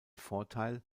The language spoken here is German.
vorteil